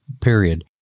period